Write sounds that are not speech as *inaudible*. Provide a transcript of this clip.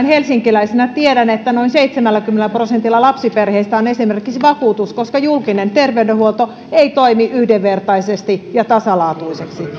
*unintelligible* helsinkiläisenä tiedän että noin seitsemälläkymmenellä prosentilla lapsiperheistä esimerkiksi on vakuutus koska julkinen terveydenhuolto ei toimi yhdenvertaisesti ja tasalaatuisesti